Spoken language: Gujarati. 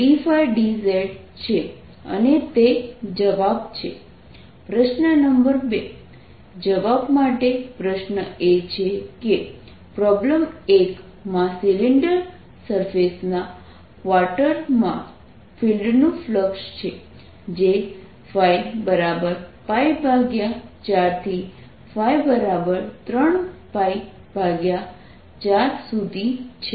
dS2Rcos2ϕ3Rsin2ϕRdϕdzR22cos2ϕ3sin2ϕdϕdzR22ϕdϕdz પ્રશ્ન નંબર 2 જવાબ માટે પ્રશ્ન એ છે કે પ્રોબ્લેમ 1 માં સિલિન્ડર સરફેસના ક્વાર્ટરમાં ફિલ્ડનું ફ્લક્સ છે જે ϕ4 થી ϕ34 સુધી છે